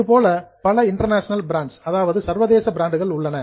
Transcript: இதுபோல பல international brands சர்வதேச பிராண்டுகள் உள்ளன